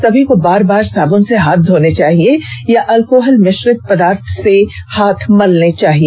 समी को बार बार साबून से हाथ धोने चाहिए या अल्कोहल भिश्रित पदार्थ से हाथ मलने चाहिए